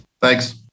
Thanks